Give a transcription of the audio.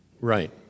Right